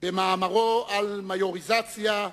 במאמרו "על מיוריזציה",